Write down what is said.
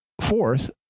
Fourth